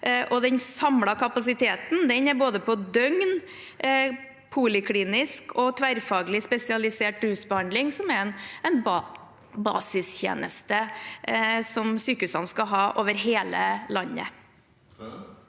den samlede kapasiteten er både på døgn, poliklinisk og tverrfaglig spesialisert rusbehandling, som er en basistjeneste som sykehusene skal ha over hele landet.